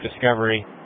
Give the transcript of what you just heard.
Discovery